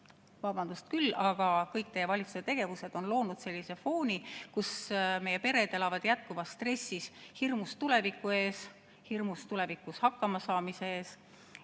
Vabandust, aga kõik teie valitsuse tegevused on loonud sellise fooni, et meie pered elavad jätkuvas stressis, hirmus tuleviku ees, hirmus tulevikus hakkamasaamise ees.